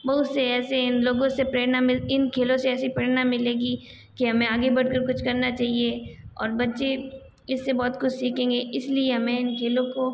बहुत से ऐसे लोगों से प्रेरणा मिल इन खेलों से ऐसी प्रेरणा मिलेगी कि हमे आगे बढ़ कर कुछ करना चाहिए और बच्चे इससे बहुत कुछ सीखेंगे इसलिए हमे खेलों को